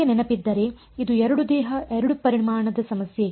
ನಿಮಗೆ ನೆನಪಿದ್ದರೆ ಇದು ಎರಡು ದೇಹ ಎರಡು ಪರಿಮಾಣದ ಸಮಸ್ಯೆ